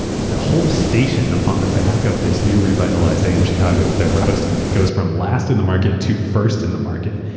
the whole station on the back of this new revitalized am chicago with oprah hosting it goes from last in the market to first in the market.